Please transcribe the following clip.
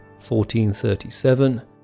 1437